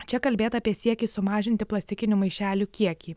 čia kalbėta apie siekį sumažinti plastikinių maišelių kiekį